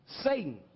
Satan